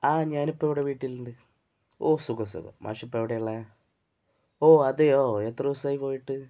ആ ഞാനിപ്പോഴിവിടെ വീട്ടിലുണ്ട് ഓ സുഖം സുഖം മാഷിപ്പോള് എവിടെയാ ഉള്ളേ ഓ അതെയോ എത്ര ദിവസമായി പോയിട്ട്